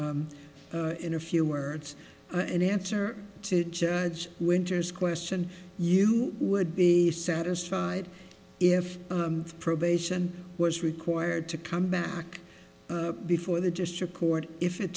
in a few words in answer to judge winters question you would be satisfied if probation was required to come back before the district court if it